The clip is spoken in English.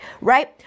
Right